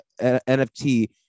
nft